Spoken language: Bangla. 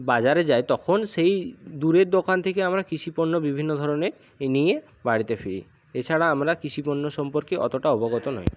বাজারে যাই তখন সেই দূরের দোকান থেকে আমরা কৃষিপণ্য বিভিন্ন ধরনের নিয়ে বাড়িতে ফিরি এছাড়া আমরা কৃষিপণ্য সম্পর্কে অতটা অবগত নই